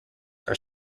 are